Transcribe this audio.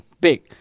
big